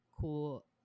cool